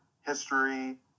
history